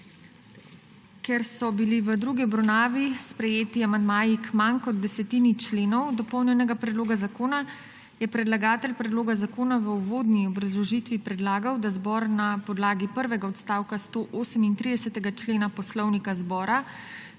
Ker so bili v drugi obravnavi sprejeti amandmaji k manj kot desetini členov dopolnjenega predloga zakona, je predlagatelj predloga zakona v uvodni obrazložitvi predlagal, da zbor na podlagi prvega odstavka 138. člena Poslovnika